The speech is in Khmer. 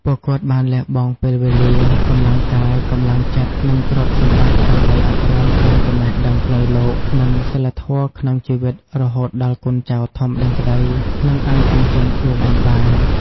ពួកគាត់បានលះបង់ពេលវេលា កម្លាំងកាយ កម្លាំងចិត្ត និងទ្រព្យសម្បត្តិ ដើម្បីអប់រំទាំងចំណេះដឹងផ្លូវលោក និងសីលធម៌ក្នុងជីវិត រហូតដល់កូនចៅធំដឹងក្តី និងអាចចិញ្ចឹមខ្លួនឯងបាន។